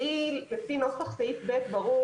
לפי נוסח סעיף (ב), ברור